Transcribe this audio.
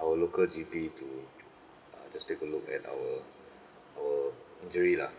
our local G_P to uh just take a look at our our injury lah